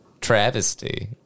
travesty